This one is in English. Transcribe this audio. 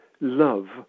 love